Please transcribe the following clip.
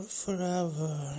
forever